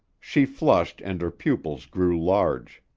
she flushed and her pupils grew large.